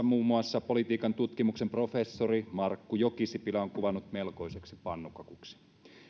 muun muassa politiikan tutkimuksen professori markku jokisipilä on kuvannut melkoiseksi pannukakuksi